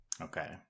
okay